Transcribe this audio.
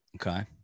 Okay